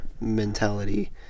mentality